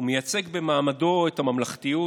הוא מייצג במעמדו את הממלכתיות,